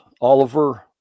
Oliver